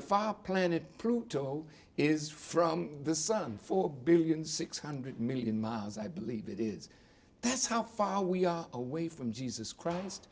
far planet pluto is from the sun four billion six hundred million miles i believe it is that's how far we are away from jesus christ